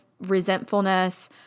resentfulness